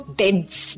dense